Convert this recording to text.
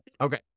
Okay